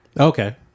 Okay